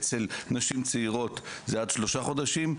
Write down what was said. אצל נשים צעירות זה שלושה חודשים.